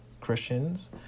Christians